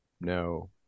No